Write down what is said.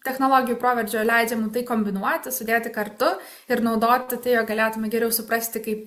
technologijų proveržio leidžia mum tai kombinuoti sudėti kartu ir naudoti tai jog galėtume geriau suprasti kaip